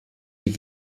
die